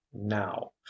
now